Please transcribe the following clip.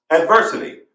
Adversity